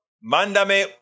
mándame